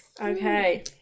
Okay